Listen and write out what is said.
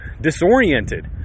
disoriented